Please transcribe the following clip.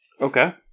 Okay